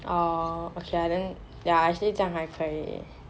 oh okay lah then ya actually 这样还可以